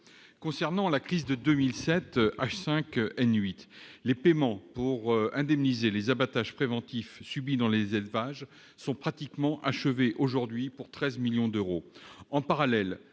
Concernant la crise de 2007 H5N8, les paiements pour indemniser les abattages préventifs subis dans les élevages sont pratiquement achevés aujourd'hui à hauteur de 13 millions d'euros.